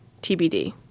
TBD